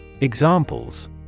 Examples